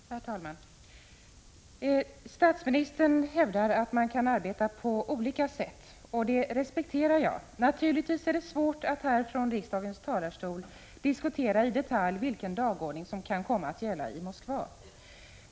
Herr talman! Statsministern hävdar att man kan arbeta på olika sätt, och det respekterar jag. Naturligtvis är det svårt att från riksdagens talarstol i detalj diskutera vilken dagordning som kan komma att gälla i Moskva.